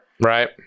Right